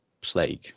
plague